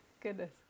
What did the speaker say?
Goodness